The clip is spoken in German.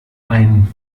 ein